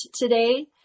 today